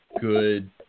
good